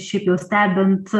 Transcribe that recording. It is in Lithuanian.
šiaip jau stebint